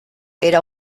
era